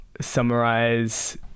summarize